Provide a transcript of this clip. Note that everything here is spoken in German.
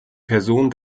person